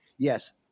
Yes